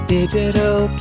Digital